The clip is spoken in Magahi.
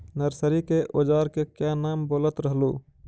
नरसरी के ओजार के क्या नाम बोलत रहलू?